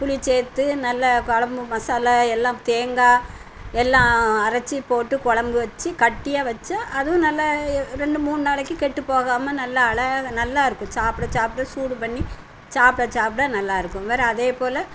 புளி சேர்த்து நல்ல கொழம்பு மசாலா எல்லாம் தேங்காய் எல்லாம் அரைச்சி போட்டு கொழம்பு வச்சு கட்டியாக வைச்சா அதுவும் நல்லா ரெண்டு மூணு நாளைக்கு கெட்டுப் போகாமல் நல்ல அழகா நல்லா இருக்கும் சாப்பிட சாப்பிட சூடு பண்ணி சாப்பிட சாப்பிட நல்லா இருக்கும் வேறு அதே போல்